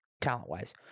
Talent-wise